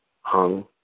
hung